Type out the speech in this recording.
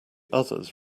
others